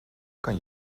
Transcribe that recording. kan